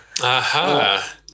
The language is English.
Aha